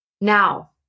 Now